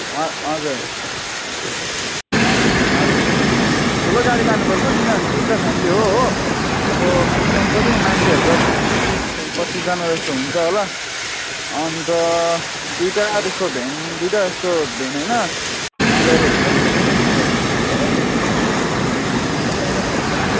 हँ हजुर हँ हजुर ठुलो गाडी लानुपर्छ किनभने तिनवटा फेमिली हो हो अब मिनिमम पनि मान्छेहरू त बिस पच्चिसजना जस्तो हुन्छ होला अन्त दुईवटा जस्तो भ्यान दुईवटा जस्तो भ्यान होइन बोलेरोहरू गर्नुपर्छ नि दुईवटा जस्तो पुग्छ होला दुईवटामा त त्यहाँबाट